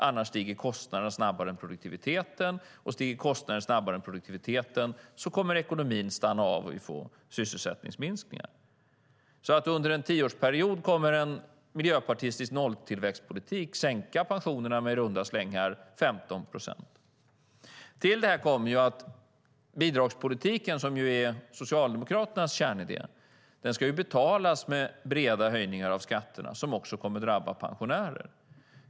Annars stiger kostnaderna snabbare än produktiviteten, och stiger kostnaderna snabbare än produktiviteten kommer ekonomin att stanna av och vi får sysselsättningsminskningar. Det innebär att under en tioårsperiod kommer en miljöpartistisk nolltillväxtpolitik att sänka pensionerna med i runda slängar 15 procent. Till detta kommer att bidragspolitiken, som är Socialdemokraternas kärnidé, ska betalas med breda höjningar av skatterna som också kommer att drabba pensionärer.